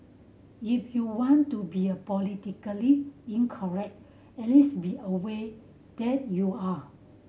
if you want to be a politically incorrect at least be aware that you are